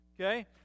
Okay